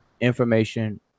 information